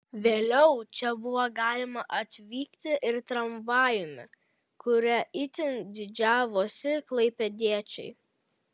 vėliau čia buvo galima atvykti ir tramvajumi kuriuo itin didžiavosi klaipėdiečiai